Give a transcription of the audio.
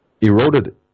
eroded